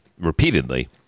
repeatedly